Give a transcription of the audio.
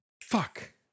Fuck